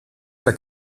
alla